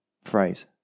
Phrase